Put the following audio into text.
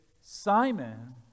Simon